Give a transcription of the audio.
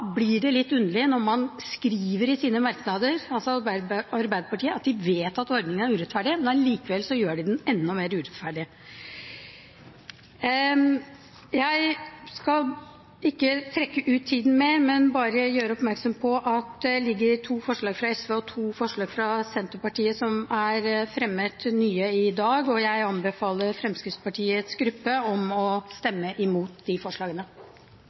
blir det litt underlig når Arbeiderpartiet skriver i sine merknader at de vet at ordningen er urettferdig, men likevel gjør de den enda mer urettferdig. Jeg skal ikke trekke ut tiden mer, men bare gjøre oppmerksom på at det ligger to forslag fra SV og to forslag fra Senterpartiet som er nye og fremmet i dag, og jeg anbefaler Fremskrittspartiets gruppe å stemme imot de forslagene.